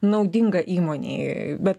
naudinga įmonei bet